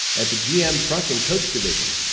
at the gm truck and coach division,